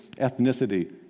ethnicity